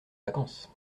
vacances